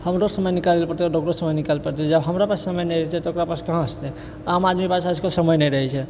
हमरो समय निकालऽ पड़तै आओर ओकरो समय निकालऽ पड़तै जब हमरा पास समय नहि रहै छै तऽ ओकरा पास कहाँ से रहतै आम आदमीके पास आइकाल्हि समय नहि रहै छै